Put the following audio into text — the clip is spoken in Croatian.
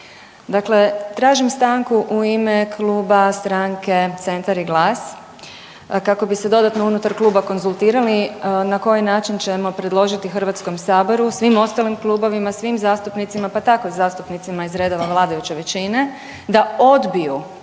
Dakle, tražim stanku u ime Kluba stranke Centar i GLAS kako bi se dodatno unutar kluba konzultirali na koji način ćemo predložiti HS i svim ostalim klubovima, svim zastupnicima, pa tako i zastupnicima iz redova vladajuće većine da odbiju,